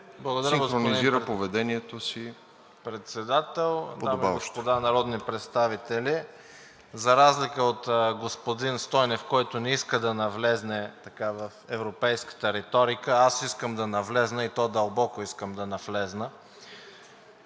от господин Стойнев, който не иска да навлезе в европейската риторика, аз искам да навляза, и то дълбоко искам да навляза.